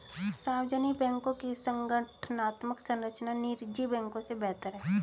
सार्वजनिक बैंकों की संगठनात्मक संरचना निजी बैंकों से बेहतर है